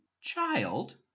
child